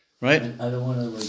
right